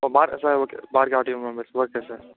భార్ sir okay sir Bhargavi automobiles okay sir